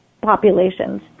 populations